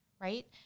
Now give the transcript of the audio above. right